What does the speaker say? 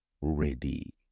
ready